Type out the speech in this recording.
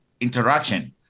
interaction